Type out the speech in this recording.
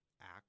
act